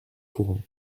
courants